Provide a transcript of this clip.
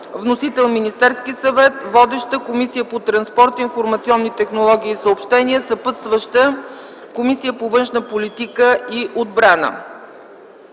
Вносител е Министерският съвет. Водеща е комисията по транспорт, информационни технологии и съобщения. Съпътстваща е Комисията по външна политика и отбрана.